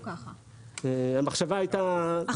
המחשבה הייתה --- רגע,